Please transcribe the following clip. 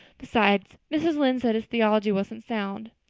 besides, mrs. lynde says his theology wasn't sound.